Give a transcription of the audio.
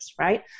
right